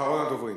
אחרון הדוברים